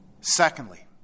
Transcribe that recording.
Secondly